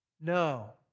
No